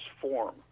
form